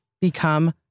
become